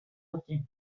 dute